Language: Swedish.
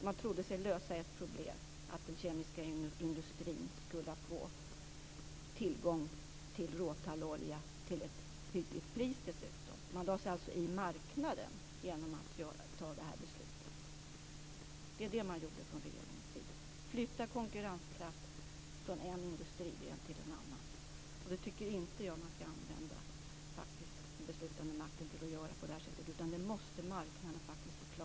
Man trodde sig alltså lösa ett problem genom att den kemiska industrin skulle få tillgång till råtallolja till ett hyggligt pris. Man lade sig alltså i marknaden genom att ta det här beslutet. Det var det man gjorde från regeringens sida. Man flyttade konkurrenskraft från en industrigren till en annan. Jag tycker inte att man skall använda den beslutande makten till att göra på det här sättet, utan det måste marknaden klara av själv.